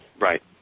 Right